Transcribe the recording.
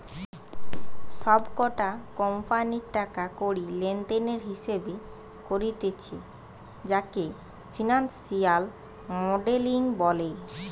সব কটা কোম্পানির টাকা কড়ি লেনদেনের হিসেবে করতিছে যাকে ফিনান্সিয়াল মডেলিং বলে